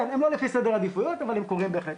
כן, הם לא לפי סדר עדיפויות, אבל הם קורים בהחלט.